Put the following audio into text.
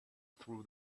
threw